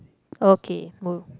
okay move